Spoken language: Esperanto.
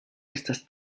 estas